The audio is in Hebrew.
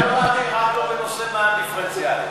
רק לא בנושא מע"מ דיפרנציאלי.